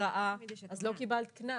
התראה אז לא קיבלת קנס.